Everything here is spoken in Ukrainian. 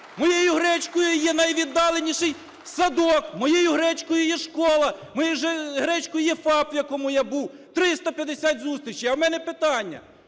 Моєю гречкою є найвіддаленіший садок, моєю гречкою є школа, моєю гречкою є ФАП, у якому я був. 350 зустрічей. А у мене питання: